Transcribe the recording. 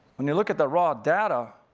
when you look at the raw data,